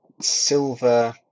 silver